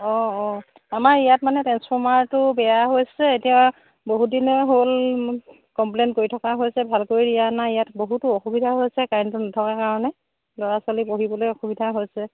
অঁ অঁ আমাৰ ইয়াত মানে ট্ৰেঞ্চফৰ্মাৰটো বেয়া হৈছে এতিয়া বহুত দিনে হ'ল কমপ্লেইন কৰি থকা হৈছে ভাল কৰি দিয়া নাই ইয়াত বহুতো অসুবিধা হৈছে কাৰেণ্টটো নথকাৰ কাৰণে ল'ৰা ছোৱালী পঢ়িবলৈ অসুবিধা হৈছে